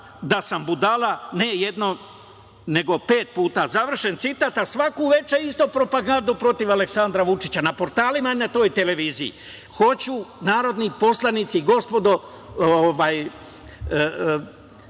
da sam budala, ne jednom nego pet puta. Završen citat. Ali svako veče ista propaganda protiv Aleksandra Vučića, na portalima i na toj televiziji. Hoću narodni poslanici, uvaženi